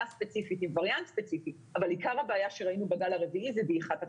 ספציפית עם וריאנט ספציפי שראינו בגל הרביעי היא דעיכת החיסונים.